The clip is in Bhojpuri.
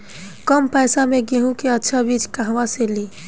कम पैसा में गेहूं के अच्छा बिज कहवा से ली?